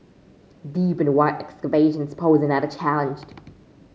deep and wide excavations posed another challenged